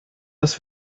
das